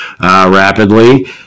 rapidly